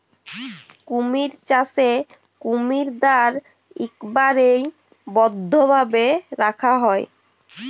কুমির চাষে কুমিরদ্যার ইকবারে বদ্ধভাবে রাখা হ্যয়